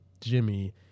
Jimmy